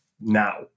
now